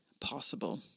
possible